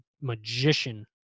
magician